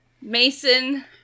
Mason